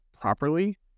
properly